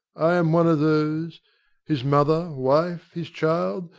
i am one of those his mother, wife, his child,